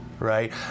right